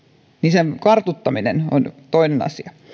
sen kartuttaminen on toinen asia